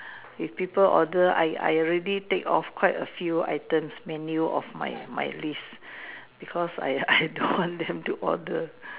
if people order I I already tick off quite a few items menu of my my list because I I don't want them to order